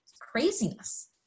craziness